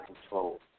control